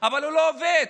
אבל הוא לא עובד,